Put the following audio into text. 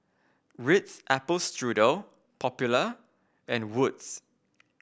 Ritz Apple Strudel Popular and Wood's